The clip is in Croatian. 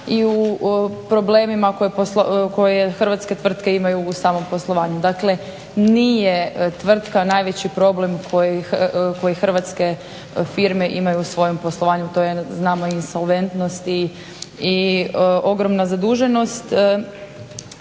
i u problemima koje hrvatske tvrtke imaju u samom poslovanju. Dakle nije tvrtka najveći problem koji hrvatske firme imaju u svojem poslovanju, to je znamo insolventnosti i ogromna zaduženost.